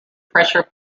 pressure